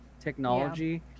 technology